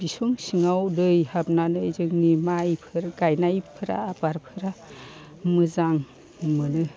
बिसं सिङाव दै हाबनानै जोंनि माइफोर गायनायफोर आबादफोरा मोजां मोनो